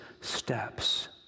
steps